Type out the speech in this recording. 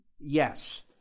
Yes